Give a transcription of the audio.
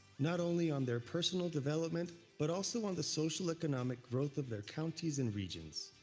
not only on their personal development, but also on the socioeconomic growth of their counties and regions.